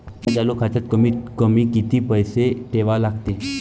माया चालू खात्यात कमीत कमी किती पैसे ठेवा लागते?